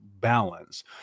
balance